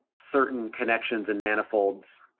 certain connections and manifolds,